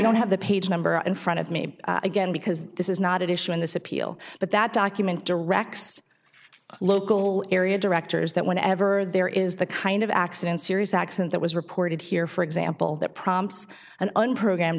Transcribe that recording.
don't have the page number in front of me again because this is not at issue in this appeal but that document directs local area directors that whenever there is the kind of accident serious accident that was reported here for example that prompts an unpro